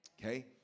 Okay